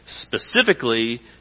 Specifically